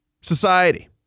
society